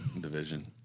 division